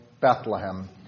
Bethlehem